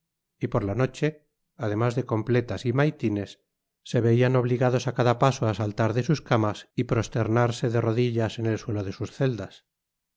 y por la noche además de completas y maitines se veian obligados á cada paso á saltar de sus camas y prosternarse de rodillas en et suelo de sus celdas